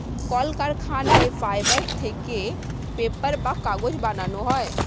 কলকারখানায় ফাইবার থেকে পেপার বা কাগজ বানানো হয়